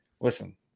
listen